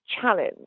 challenge